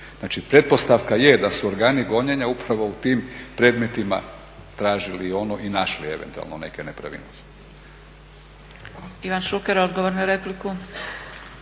Znači pretpostavka je da su organi gonjenja upravo u tim predmetima tražili i ono i našli eventualno neke nepravilnosti.